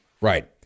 Right